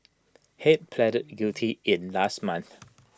Head pleaded guilty in last month